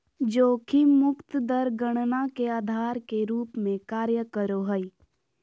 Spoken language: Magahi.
जोखिम मुक्त दर गणना के आधार के रूप में कार्य करो हइ